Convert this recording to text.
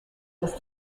was